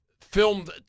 filmed